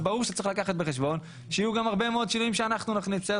אז ברור שצריך לקחת בחשבון שיהיו גם הרבה מאוד שינויים שאנחנו נכניס.